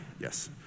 yes